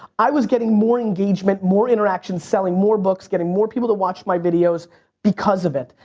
i was getting more engagement, more interaction, selling more books, getting more people to watch my videos because of it.